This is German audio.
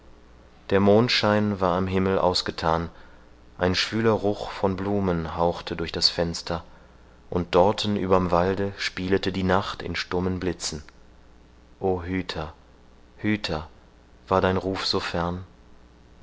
der mondschein war am himmel ausgethan ein schwüler ruch von blumen hauchte durch das fenster und dorten überm walde spielete die nacht in stummen blitzen o hüter hüter war dein ruf